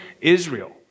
Israel